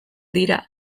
dira